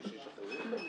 סיכוי שישחררו אותו?